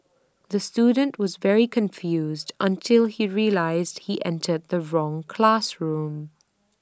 the student was very confused until he realised he entered the wrong classroom